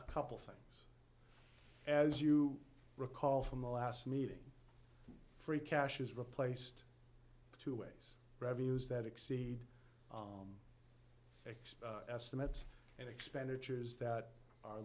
a couple things as you recall from the last meeting free cash is replaced two ways revenues that exceed expose estimates and expenditures that are